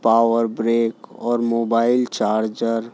power brake اور mobile charger